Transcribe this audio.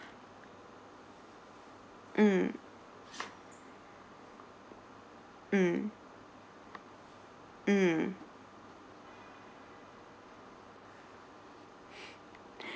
mm mm mm